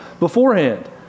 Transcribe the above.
beforehand